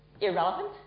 irrelevant